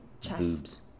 chest